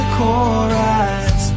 chorus